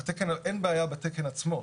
התקן, אין בעיה בתקן עצמו.